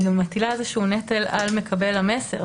גם מטילה איזשהו נטל על מקבל המסר.